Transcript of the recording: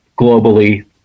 globally